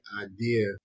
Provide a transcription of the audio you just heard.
idea